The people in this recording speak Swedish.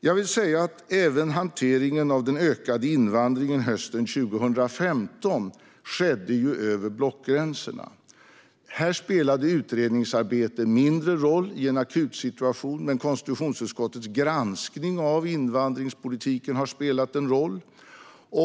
Jag vill säga att även hanteringen av den ökade invandringen hösten 2015 skedde över blockgränserna. Här spelade utredningsarbetet en mindre roll i den akuta situation som rådde, men konstitutionsutskottets granskning av invandringspolitiken har spelat en roll.